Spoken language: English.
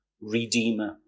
redeemer